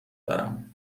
دارم